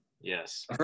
Yes